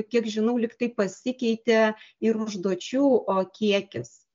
kiek žinau lygtai pasikeitė ir užduočių kiekis